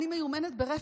אני מיומנת ברפש.